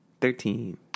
Thirteen